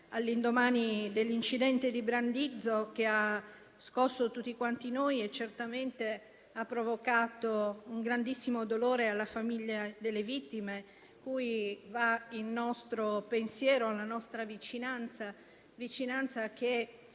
all'indomani dell'incidente di Brandizzo, che ha scosso tutti quanti noi e certamente ha provocato un grandissimo dolore alla famiglia delle vittime, cui va il nostro pensiero e la nostra vicinanza. Vicinanza